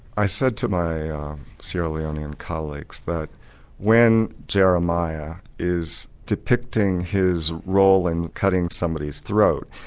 i said to my sierra leonean colleagues that when jeremiah is depicting his role in cutting somebody's throat,